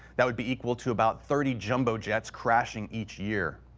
that would be equal to about thirty jumbo jets crashing each year.